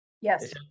Yes